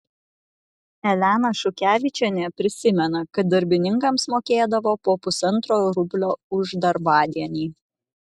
elena šukevičienė prisimena kad darbininkams mokėdavo po pusantro rublio už darbadienį